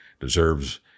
deserves